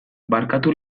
barkatu